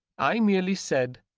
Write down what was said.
i merely said,